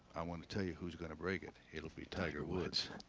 i want to tell you who's going to break it. it'll be tiger woods.